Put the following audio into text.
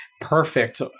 perfect